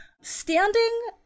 Standing